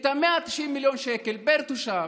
את 190 מיליון השקלים פר תושב.